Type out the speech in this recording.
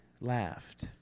laughed